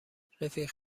رفیق